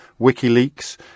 wikileaks